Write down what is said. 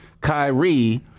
Kyrie